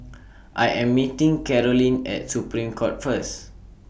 I Am meeting Karolyn At Supreme Court First